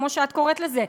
כמו שאת קוראת לזה,